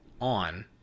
on